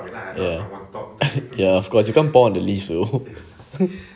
ya ya of course you can't pour on the leaf though